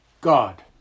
God